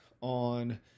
on